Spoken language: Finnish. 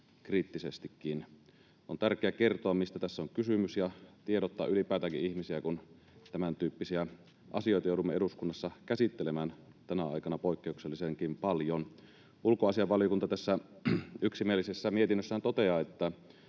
kriittisestikin. On tärkeää kertoa, mistä tässä on kysymys, ja tiedottaa ylipäätäänkin ihmisille, kun tämäntyyppisiä asioita joudumme eduskunnassa käsittelemään tänä aikana poikkeuksellisenkin paljon. Ulkoasiainvaliokunta tässä yksimielisessä mietinnössään toteaa,